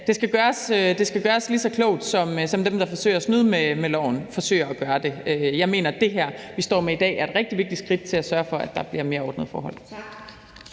det skal gøres lige så klogt, som dem, der forsøger at snyde med loven, forsøger at gøre det. Jeg mener, at det her, som vi står med i dag, er et rigtig vigtigt skridt til at sørge for, at der bliver mere ordnede forhold.